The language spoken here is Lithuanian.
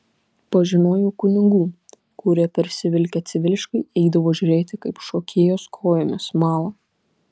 pažinojau kunigų kurie persivilkę civiliškai eidavo žiūrėti kaip šokėjos kojomis mala